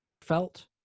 felt